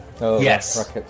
Yes